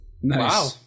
Wow